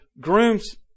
groom's